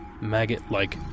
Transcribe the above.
Maggot-Like